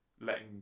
letting